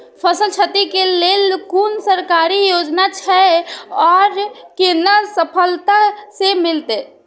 फसल छति के लेल कुन सरकारी योजना छै आर केना सरलता से मिलते?